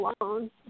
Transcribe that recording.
alone